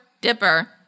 Dipper